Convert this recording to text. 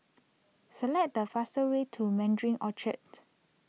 select the fastest way to Mandarin Orchard